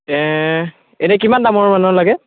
এহ এনে কিমান দামৰ মানৰ লাগে